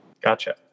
gotcha